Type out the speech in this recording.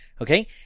Okay